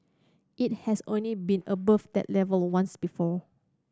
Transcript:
it has only been above that level once before